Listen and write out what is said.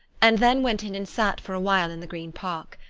and then went in and sat for a while in the green park.